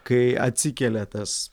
kai atsikelia tas